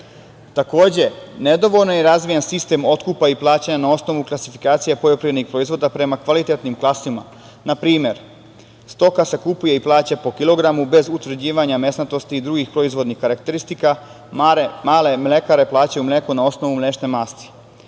lancu. Takođe, nedovoljno je razvijen sistem otkupa i plaćanja na osnovu klasifikacije poljoprivrednih proizvoda prema kvalitetnim klasama. Na primer, stoka se kupuje i plaća po kilogramu, bez utvrđivanja mesnatosti i drugih proizvodnih karakteristika, male mlekare plaćaju mleko na osnovu mlečne